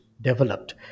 developed